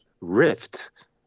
rift